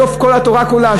סוף כל התורה כולה,